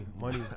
money